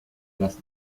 las